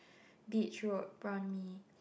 beach road prawn mee